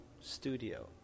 studio